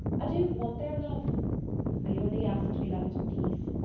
i don't want their love i only ask to be left in peace,